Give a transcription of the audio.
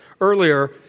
earlier